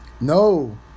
No